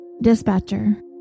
dispatcher